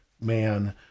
man